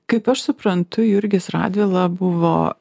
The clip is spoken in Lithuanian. kaip aš suprantu jurgis radvila buvo